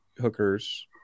hookers